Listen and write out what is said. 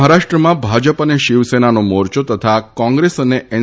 મહારાષ્ટ્રમાં ભાજપ અને શીવસેનાનો મોરચો તથા કોંગ્રેસ અને એન